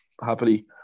happily